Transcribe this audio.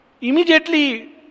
immediately